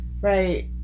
Right